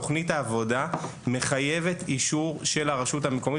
תכנית העבודה מחייבת אישור של הרשות המקומית,